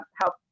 help